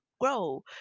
grow